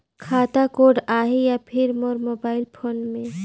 खाता कोड आही या फिर मोर मोबाइल फोन मे?